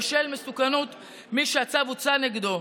בשל מסוכנות של מי שהצו הוצא נגדו.